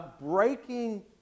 breaking